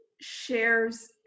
shares